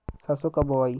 सरसो कब बोआई?